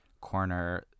corner